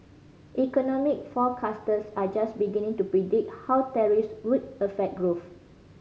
economic forecasters are just beginning to predict how tariffs would affect growth